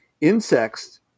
Insects